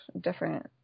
different